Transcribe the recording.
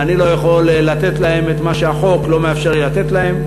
ואני לא יכול לתת להם את מה שהחוק לא מאפשר לי לתת להם.